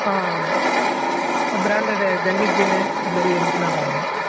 ஆ ஆமாம் ஆ branded jungle jean அந்த மாதிரி இருந்துச்சின்னால் பாருங்கள்